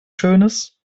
schönes